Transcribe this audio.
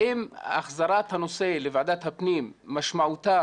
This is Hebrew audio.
האם החזרת הנושא לוועדת הפנים משמעותה